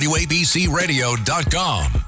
WABCRadio.com